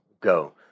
go